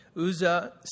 Uzzah